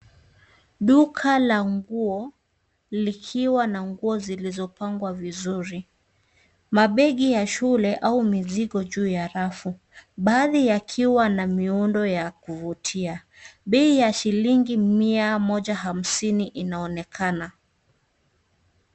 Duka la nguo likiwa na nguo zilizo pangwa vizuri, mabegi ya shule au mizigo juu ya rafu baadhi yakiwa na miundo ya kuvutia. Bei ya shilingi Mia moja hamsini inaonekana.